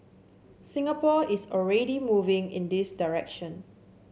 Singapore is already moving in this direction